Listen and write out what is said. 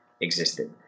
existed